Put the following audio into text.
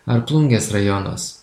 ar plungės rajonas